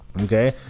Okay